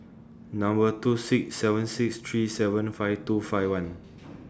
Number two six seven six three seven five two five one